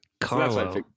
Carlo